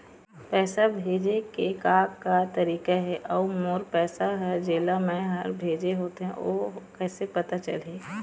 पैसा भेजे के का का तरीका हे अऊ मोर पैसा हर जेला मैं हर भेजे होथे ओ कैसे पता चलही?